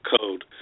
code